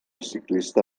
ciclista